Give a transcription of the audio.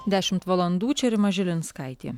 dešimt valandų čia rima žilinskaitė